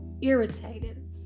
Irritated